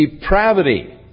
depravity